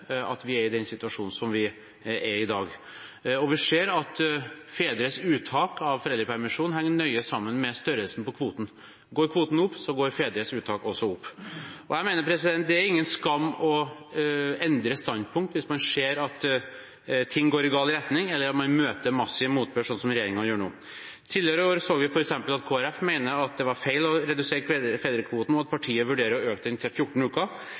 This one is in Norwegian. at vi er i den situasjonen som vi er i i dag. Vi ser at fedres uttak av foreldrepermisjon henger nøye sammen med størrelsen på kvoten. Går kvoten opp, går fedres uttak også opp. Jeg mener at det er ingen skam å endre standpunkt hvis man ser at ting går i gal retning, eller om man møter massiv motbør, slik regjeringen gjør nå. Tidligere i år så vi f.eks. at Kristelig Folkeparti mente det var feil å redusere fedrekvoten, og at partiet vurderer å øke den til 14 uker.